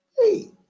hey